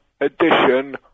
edition